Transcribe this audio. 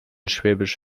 schwäbisch